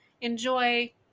enjoy